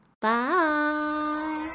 bye